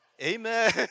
amen